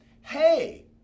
Hey